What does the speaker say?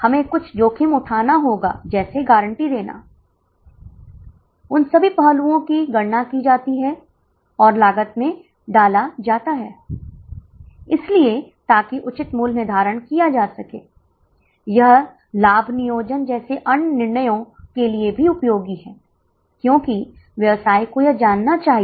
इसलिए इन्हें अलग अलग बनाना बेहतर होगा इसलिए कृपया अपनी नोट बुक खोलिए 80 120 150 और 160 छात्रों के लिए कॉलम बनाइए ठीक है